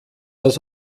das